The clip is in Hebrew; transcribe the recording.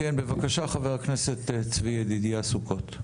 כן, בבקשה חבר הכנסת צבי ידידיה סוכות.